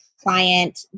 client